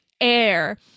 air